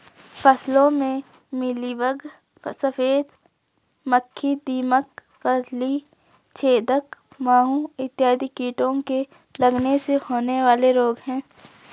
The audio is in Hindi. फसलों में मिलीबग, सफेद मक्खी, दीमक, फली छेदक माहू इत्यादि कीटों के लगने से होने वाले रोग हैं